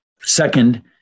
Second